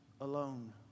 alone